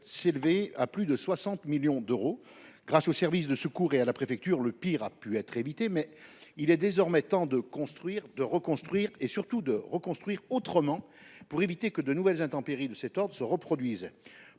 s’élever à plus de 60 millions d’euros. Grâce aux services de secours et à la préfecture, le pire a pu être évité, mais il est désormais temps de reconstruire et, surtout, de reconstruire autrement pour éviter que des dégradations du même ordre n’adviennent